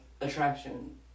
attraction